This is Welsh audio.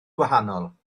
gwahanol